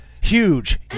Huge